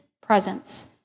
presence